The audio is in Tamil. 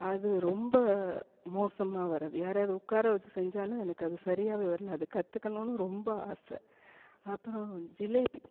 அது ரொம்ப மோசமாக வருது யாரையாவது உட்கார வெச்சு செஞ்சாலும் எனக்கு அது சரியாகவே வரல அது கற்றுக்கணுன்னு ரொம்ப ஆசை அப்புறம் ஜிலேபி